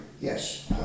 Yes